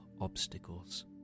obstacles